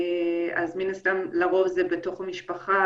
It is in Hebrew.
אז מן הסתם לרוב זה בתוך המשפחה,